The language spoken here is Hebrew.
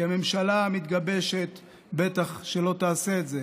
כי הממשלה המתגבשת בטח שלא תעשה את זה.